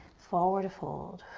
forward fold.